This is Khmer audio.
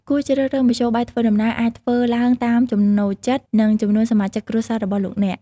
ការជ្រើសរើសមធ្យោបាយធ្វើដំណើរអាចធ្វើឡើងតាមចំណូលចិត្តនិងចំនួនសមាជិកគ្រួសាររបស់លោកអ្នក។